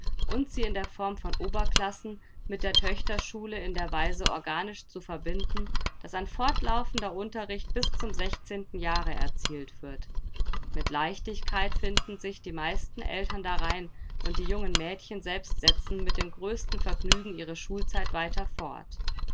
und sie in der form von oberklassen mit der töchterschule in der weise organisch zu verbinden daß ein fortlaufender unterricht bis zum jahre erzielt wird mit leichtigkeit finden sich die meisten eltern darein und die jungen mädchen selbst setzen mit dem größten vergnügen ihre schulzeit weiter fort